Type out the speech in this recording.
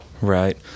right